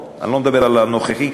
אני לא מדבר על ראש הממשלה הנוכחי,